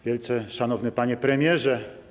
Wielce Szanowny Panie Premierze!